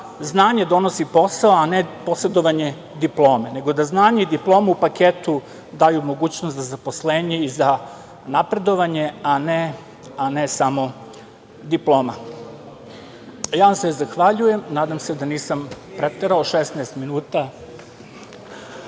znanje donosi posao, a ne posedovanje diplome. Da znanje i diploma u paketu daju mogućnost za zaposlenje i za napredovanje, a ne samo diploma. Zahvaljujem vam se. Nadam se da nisam preterao, 16 minuta.